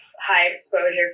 high-exposure